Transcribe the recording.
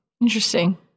Interesting